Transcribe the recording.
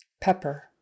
Pepper